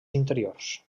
interiors